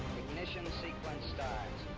ignition sequence start.